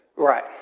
Right